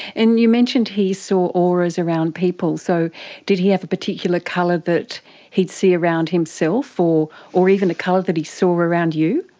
and you mentioned he saw auras around people, so did he have a particular colour that he'd see around himself? or even a colour that he saw around you?